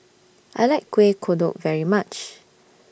I like Kueh Kodok very much